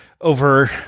over